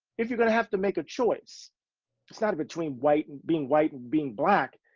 if you're have to make a choice, it's not between white and being white and being black,